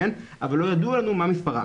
אבל לא ידוע לנו מה מספרם.